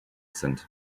sind